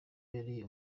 yari